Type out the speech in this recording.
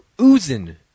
oozing